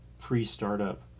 pre-startup